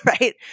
right